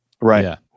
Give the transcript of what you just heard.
Right